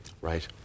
Right